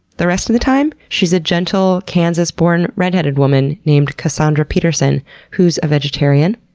the rest of the time, she's a gentle kansas-born redheaded woman named cassandra peterson who's a vegetarian,